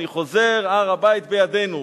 אני חוזר, הר-הבית בידינו".